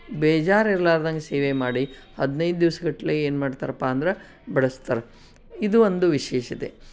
ಬೇಜಾರ್ ಇರ್ಲಾದಂಗೆ ಸೇವೆ ಮಾಡಿ ಹದಿನೈದು ದಿವಸ ಗಟ್ಟಲೇ ಏನು ಮಾಡ್ತರಪ್ಪ ಅಂದ್ರೆ ಬಡಿಸ್ತಾರೆ ಇದು ಒಂದು ವಿಶೇಷತೆ